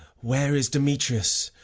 where is demetrius?